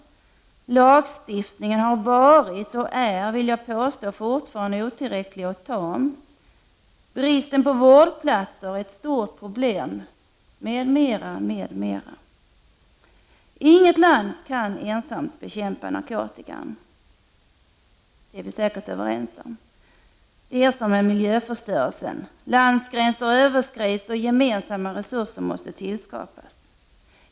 Lagstiftningen har varit och är, vill jag påstå, fortfarande otillräcklig och tam. Bristen på vårdplatser är ett stort problem, m.m. Inget land kan ensamt bekämpa narkotikan. Det är vi säkert överens om. Det är som med miljöförstörelsen — landsgränser överskrids och gemensamma resurser måste tillskapas.